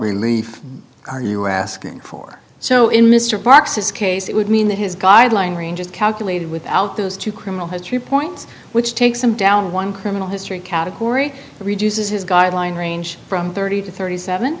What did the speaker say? relief are you asking for so in mr brock says case it would mean that his guideline range is calculated without those two criminal history points which takes him down one criminal history category reduces his guideline range from thirty to thirty seven